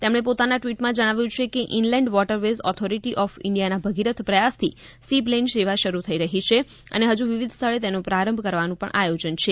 તેમણે પોતાના ટ્વિટમાં જણાવ્યુ છે કે ઇનલેન્ડ વોટરવેઝ ઓથોરિટી ઓફ ઈન્ડિયાના ભગીરથ પ્રયાસથી સી પ્લેન સેવા શરૂ થઈ રહી છે અને હજુ વિવિધ સ્થળે તેનો પ્રારંભ કરવાનું પણ આયોજન છે